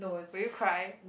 will you cry